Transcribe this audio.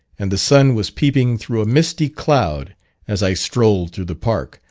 and the sun was peeping through a misty cloud as i strolled through the park,